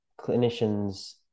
clinicians